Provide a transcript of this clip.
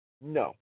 no